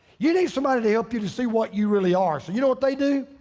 you need somebody to help you to see what you really are. so you know what they do?